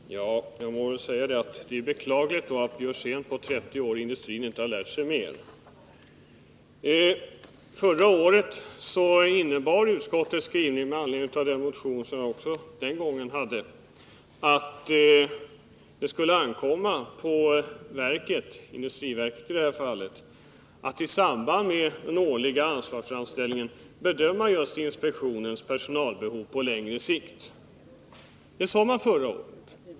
Fru talman! Jag må säga att det är beklagligt att Karl Björzén under 30 år i industrin inte lärt sig mer. Förra året innebar utskottets skrivning med anledning av den motion som jag också den gången hade väckt att det skulle ankomma på industriverket att i samband med den årliga anslagsframställningen bedöma just inspektionens personalbehov på längre sikt. Det sade man förra året.